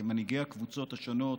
כמנהיגי הקבוצות השונות,